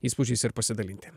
įspūdžiais ir pasidalinti